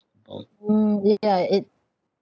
mm it yeah it